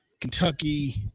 Kentucky